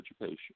education